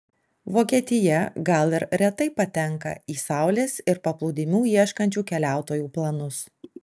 vokietija gal ir retai patenka į saulės ir paplūdimių ieškančių keliautojų planus